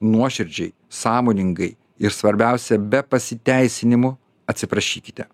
nuoširdžiai sąmoningai ir svarbiausia be pasiteisinimų atsiprašykite